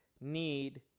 need